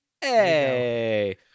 hey